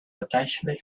potentially